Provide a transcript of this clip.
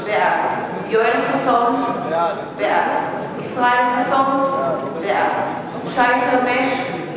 בעד יואל חסון, בעד ישראל חסון, בעד שי חרמש,